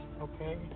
Okay